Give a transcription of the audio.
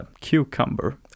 cucumber